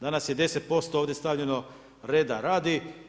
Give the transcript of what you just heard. Danas je 10% ovdje stavljeno reda radi.